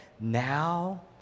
Now